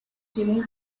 jimmy